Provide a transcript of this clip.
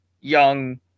young